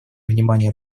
внимание